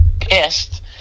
pissed